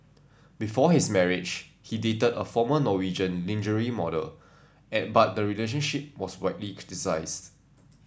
before his marriage he dated a former Norwegian lingerie model and but the relationship was widely criticised